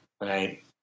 right